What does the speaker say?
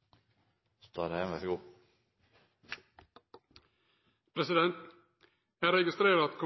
norske modellen. Så får velgerne bestemme til neste år. Eg registrerer at